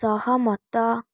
ସହମତ